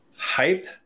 hyped